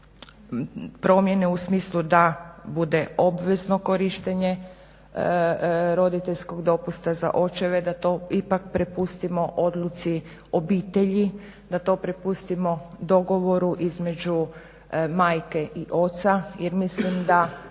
promjene u smislu da bude obvezno korištenje roditeljskog dopusta za očeve da to ipak prepustimo odluci obitelji, da to prepustimo dogovoru između majke i oca jer misli da